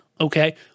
okay